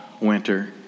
winter